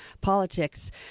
politics